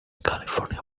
california